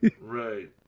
Right